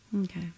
Okay